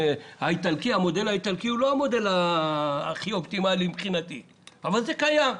המודל האיטלקי הוא לא המודל האופטימלי מבחינתי אבל הוא קיים.